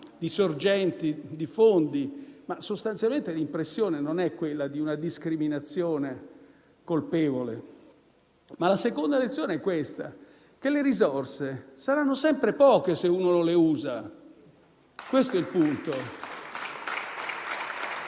di sorgenti e di fondi, ma sostanzialmente l'impressione non è quella di una discriminazione colpevole. La seconda lezione è che le risorse saranno sempre poche, se uno non le usa. Questo è il punto.